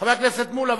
חבר הכנסת מולה,